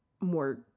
More